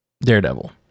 Daredevil